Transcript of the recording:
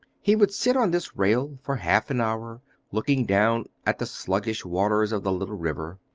he would sit on this rail for half an hour looking down at the sluggish waters of the little river,